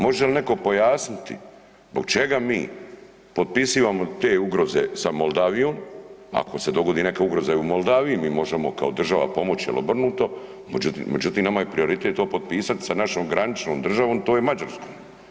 Može li netko pojasniti zbog čega mi potpisivamo te ugroze sa Moldavijom ako se dogodi i neka ugroza i u Moldaviji, mi možemo kao država pomoći ili obrnuto međutim nama je prioritet to potpisati sa našom graničnim državom, to je Mađarskom.